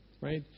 right